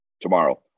tomorrow